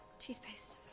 toothpaste.